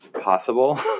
possible